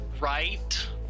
right